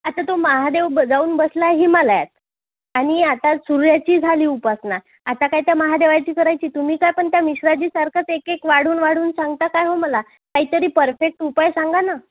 अच्छा तो महादेव ब जाऊन बसला हिमालयात आणि आता सूर्याची झाली उपासना आता काय त्या महादेवाची करायची तुम्ही काय पण त्या मिश्राजीसारखंच एक एक वाढवून वाढवून सांगता काय हो मला काहीतरी परफेक्ट उपाय सांगा ना